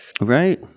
Right